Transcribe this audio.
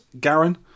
Garen